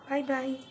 Bye-bye